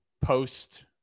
post